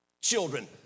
Children